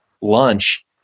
lunch